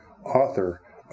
author